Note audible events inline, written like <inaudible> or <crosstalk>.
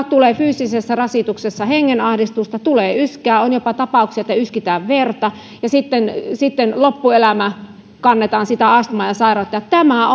<unintelligible> tulee fyysisessä rasituksessa hengenahdistusta tulee yskää on jopa tapauksia että yskitään verta ja sitten sitten loppuelämä kannetaan sitä astmaa ja sairautta tämä <unintelligible>